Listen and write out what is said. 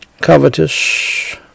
covetous